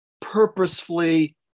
purposefully